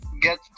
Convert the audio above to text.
Get